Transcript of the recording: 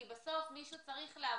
כי בסוף מישהו צריך לאבחן.